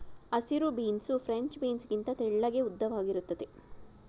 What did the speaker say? ಹಸಿರು beans French beans ಗಿಂತ ತೆಳ್ಳಗೆ ಉದ್ದವಾಗಿರುತ್ತದೆ